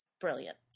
brilliant